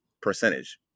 percentage